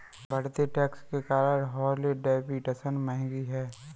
बढ़ते टैक्स के कारण हार्ले डेविडसन महंगी हैं